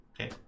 Okay